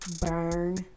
Burn